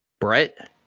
Brett